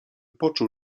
poczuł